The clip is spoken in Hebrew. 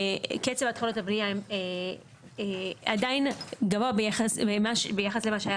וקצב התחלות הבנייה עדיין גבוה ביחס למה שהיה